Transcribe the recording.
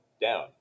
down